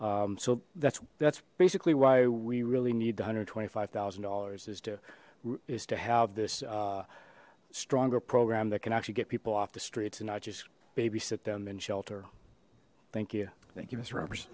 so that's that's basically why we really need one hundred and twenty five thousand dollars is to is to have this stronger program that can actually get people off the streets and not just babysit them and shelter thank you thank you mis